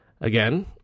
Again